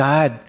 God